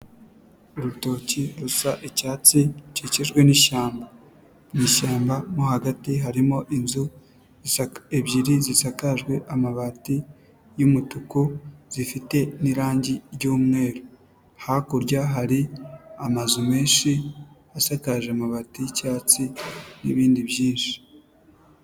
Urutoki rusa icyatsi rukijwe n'ishyamba, mu ishyamba mo hagati harimo inzu ebyiri zisakajwe amabati y'umutuku, zifite n'irangi ry'umweru, hakurya hari amazu menshi asakaje amabati y'icyatsi n'ibindi byinshi.